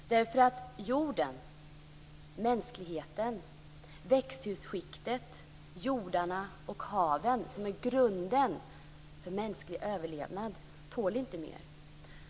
Jorden, mänskligheten, växthusskiktet, jordarna och haven som är grunden för mänsklig överlevnad tål nämligen inte mer.